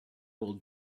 will